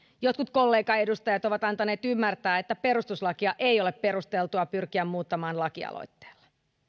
jotkut kollegaedustajat ovat antaneet ymmärtää että perustuslakia ei ole perusteltua pyrkiä muuttamaan lakialoitteella